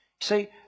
See